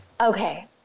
Okay